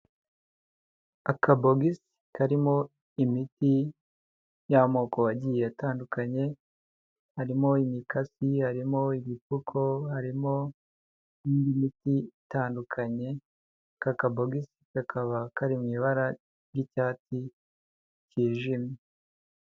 Akabogisi karimo imiti y'amoko agiye atandukanye, harimo imikasi, harimo ibipfuko, harimo n'indi miti itandukanye, aka kabogisi kakaba kari mu ibara ry'icyatsi cyijimye.